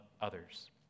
others